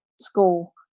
school